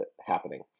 happening